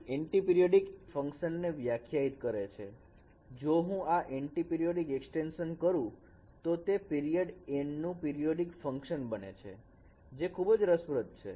આ antiperiodic function ને વ્યાખ્યાયિત કરે છે જો હું આ એન્ટીપિરીયોડીક એક્સ્ટેંશન કરું તો તે પિરિયડ N નું પિરીયોડીક ફંકશન બને છે જે ખુબજ રસપ્રદ છે